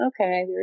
okay